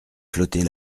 flotter